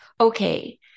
okay